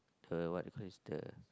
the the what what's the